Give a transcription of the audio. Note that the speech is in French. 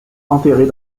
enterrées